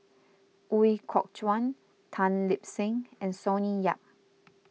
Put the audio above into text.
Ooi Kok Chuen Tan Lip Seng and Sonny Yap